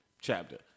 chapter